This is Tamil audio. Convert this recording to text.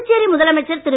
புதுச்சேரி முதலமைச்சர் திரு